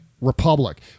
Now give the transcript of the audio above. republic